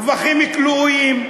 רווחים כלואים,